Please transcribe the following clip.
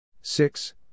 six